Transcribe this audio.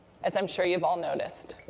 as i'm sure you've all noticed.